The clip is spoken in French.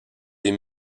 des